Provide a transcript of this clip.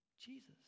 Jesus